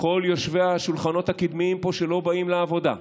כל יושבי השולחנות הקדמיים פה שלא באים לעבודה,